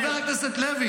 חבר הכנסת לוי,